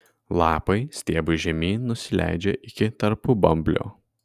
lapai stiebu žemyn nusileidžia iki tarpubamblio